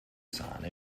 sahne